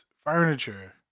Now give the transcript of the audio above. furniture